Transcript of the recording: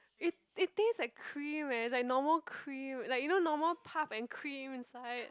it it tastes like cream eh it's like normal cream like you know normal puff and cream inside